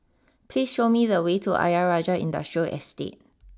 please show me the way to Ayer Rajah Industrial Estate